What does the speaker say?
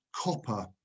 copper